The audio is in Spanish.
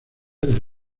del